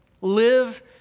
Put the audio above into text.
Live